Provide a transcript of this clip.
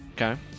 Okay